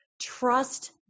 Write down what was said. Trust